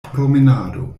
promenado